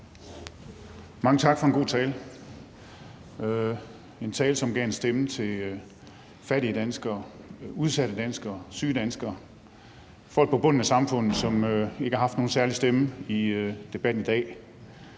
Mange tak for en god tale – en tale, som gav en stemme til fattige danskere, udsatte danskere, syge danskere, folk på bunden af samfundet, som ikke har haft nogen særlig stemme i debatten i dag,